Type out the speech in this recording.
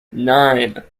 nine